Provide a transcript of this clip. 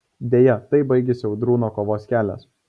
deja taip baigėsi audrūno kovos kelias